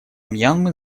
мьянмы